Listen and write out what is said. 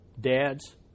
Dads